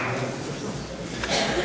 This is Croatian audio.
Hvala